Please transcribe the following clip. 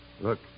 Look